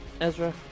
Ezra